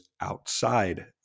outside